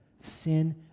sin